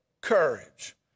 courage